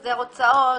החזר הוצאות,